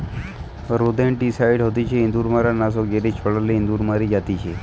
rodenticide হতিছে ইঁদুর মারার নাশক যেটি ছড়ালে ইঁদুর মরি জাতিচে